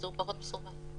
הוא פחות מסובך.